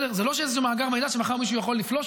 זה לא שיש מאגר מידע שמחר מישהו יכול לפלוש